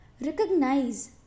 Recognize